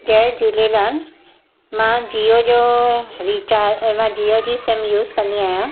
जय झूलेलाल मां जियो जो रिचा मां जियो जी सिम यूज़ कंदी आहियां